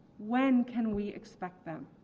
when can we expect them